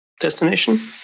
destination